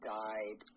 died